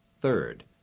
Third